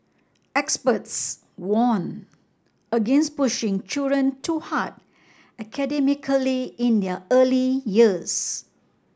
experts warned against pushing children too hard academically in their early years